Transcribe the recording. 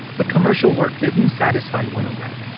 but commercial work didn't satisfy winogrand.